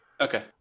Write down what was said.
Okay